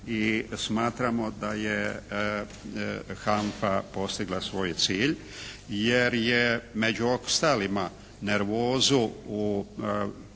i smatramo da je HANFA postigla svoj cilj jer je među ostalima nervozu u